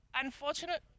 unfortunate